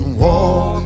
walk